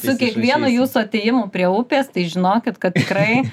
su kiekvienu jūsų atėjimu prie upės tai žinokit kad tikrai